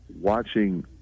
watching